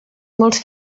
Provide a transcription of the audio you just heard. molts